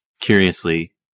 curiously